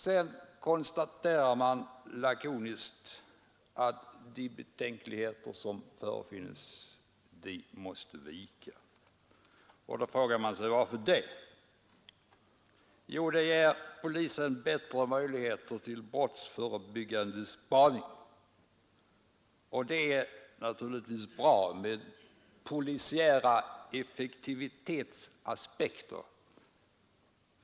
Sedan konstaterar utskottet lakoniskt att de betänkligheter som finns måste vika. Då frågar man sig: Varför då? Jo, det ger polisen bättre möjligheter till brottsföre byggande spaning. Det är naturligtvis bra med polisiära effektivitetsaspekter.